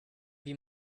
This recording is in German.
wie